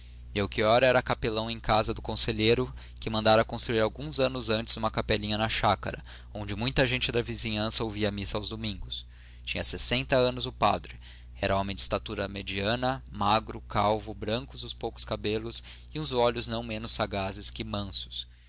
era capelão em casa do conselheiro que mandara construir alguns anos antes uma capelinha na chácara onde muita gente da vizinhança ouvia missa aos domingos tinha sessenta anos o padre era homem de estatura mediana magro calvo brancos os poucos cabelos e uns olhos não menos sagazes que mansos